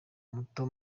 muto